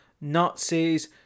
Nazis